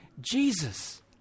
Jesus